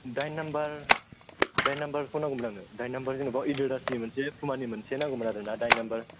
दाइन नाम्बार दाइन नाम्बारखौ नांगौमोन आंनो दाइन नाम्बार जेनेबा एदिदासनि मोनसे फुमानि मोनसे नांगौमोन आरोना दाइन नाम्बार